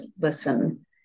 listen